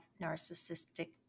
narcissistic